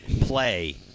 play